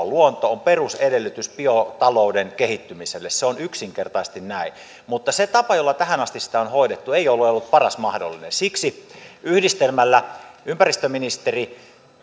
luonto on perusedellytys biotalouden kehittymiselle se on yksinkertaisesti näin mutta se tapa jolla tähän asti sitä on hoidettu ei ole ollut paras mahdollinen siksi yhdistelmällä ympäristöministeri